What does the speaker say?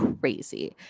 crazy